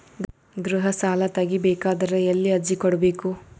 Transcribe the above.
ಗೃಹ ಸಾಲಾ ತಗಿ ಬೇಕಾದರ ಎಲ್ಲಿ ಅರ್ಜಿ ಕೊಡಬೇಕು?